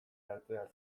hartzea